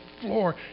floor